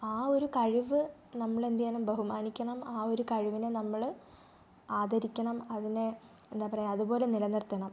ആ ഒരു കഴിവ് നമ്മളെന്തു ചെയ്യണം ബഹുമാനിക്കണം ആ ഒരു കഴിവിനെ നമ്മൾ ആദരിക്കണം അതിനെ എന്താ പറയുക അതുപോലെ നില നിർത്തണം